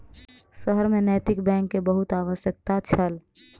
शहर में नैतिक बैंक के बहुत आवश्यकता छल